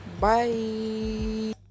bye